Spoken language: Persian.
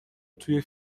توی